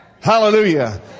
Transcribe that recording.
Hallelujah